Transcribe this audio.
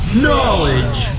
Knowledge